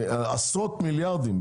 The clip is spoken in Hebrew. עשרות מיליארדים,